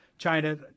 China